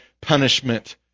punishment